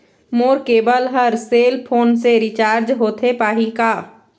मोर cable हर cell phone से recharge होथे पाही का?